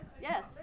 Yes